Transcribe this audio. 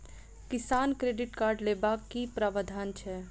किसान credit card लेबाक की प्रावधान छै?